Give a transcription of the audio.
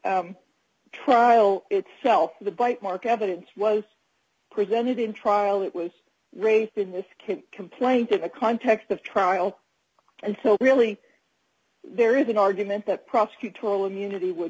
the trial itself the bite mark evidence was presented in trial it was raised in this can't complain to the context of trial and so really there is an argument that prosecutorial immunity would